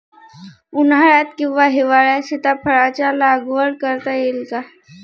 उन्हाळ्यात किंवा हिवाळ्यात सीताफळाच्या लागवड करता येईल का?